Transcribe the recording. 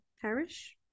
parish